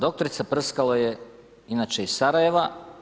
Doktorica Prskalo je inače iz Sarajeva.